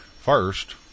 First